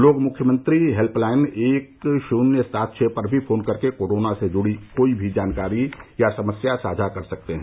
लोग मुख्यमंत्री हेल्पलाइन एक शून्य सात छः पर भी फोन कर के कोरोना से जुड़ी कोई भी जानकारी या समस्या साझा कर सकते हैं